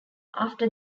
after